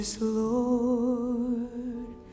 Lord